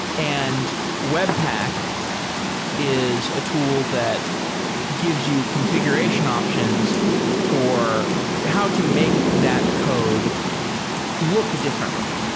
and webpack is a tool that gives you confi guration options for how to make that code look differently,